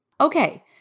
Okay